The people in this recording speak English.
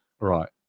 right